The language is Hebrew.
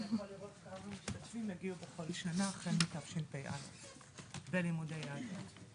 אתה יכול לראות כמה משתתפים הגיעו כל שנה החל מתשפ"א ללימודי יהדות.